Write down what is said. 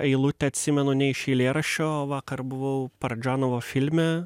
eilutę atsimenu ne iš eilėraščio vakar buvau pardžanovo filme